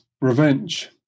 revenge